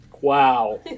Wow